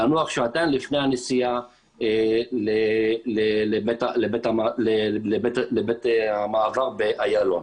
לנוח שעתיים לפני הנסיעה לבתי המעבר באיילון.